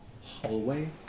hallway